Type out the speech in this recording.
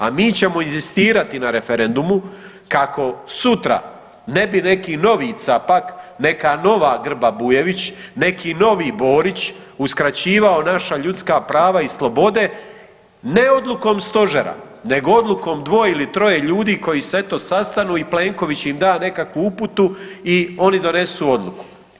A mi ćemo inzistirati na referendumu kako sutra ne bi neki novi Capak, neka nova Grba Bujević, neki novi Borić uskraćivao naša ljudska prava i slobode ne odlukom stožera, nego odlukom dvoje ili troje ljudi koji se eto sastanu i Plenković im da nekakvu uputu i oni donosu odluku.